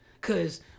Cause